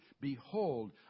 Behold